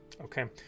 Okay